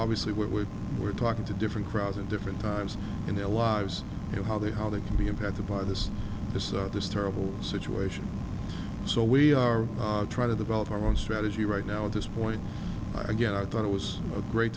obviously we were talking to different crowds in different times in their lives you know how they how they can be impacted by this this is this terrible situation so we are trying to develop our own strategy right now at this point again i thought it was a great